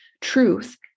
truth